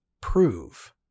prove